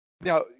Now